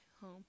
home